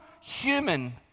human